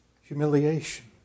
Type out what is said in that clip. humiliation